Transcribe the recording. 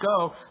go